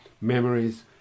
memories